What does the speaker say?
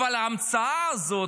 אבל ההמצאה הזאת,